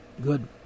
Good